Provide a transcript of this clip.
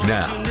now